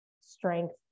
strength